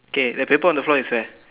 okay the paper on the floor is where